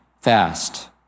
fast